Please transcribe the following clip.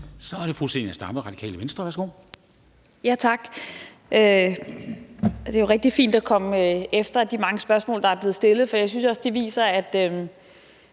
Kl. 13:22 Zenia Stampe (RV): Tak. Det er jo rigtig fint at komme efter de mange spørgsmål, der er blevet stillet, for jeg synes, det viser, at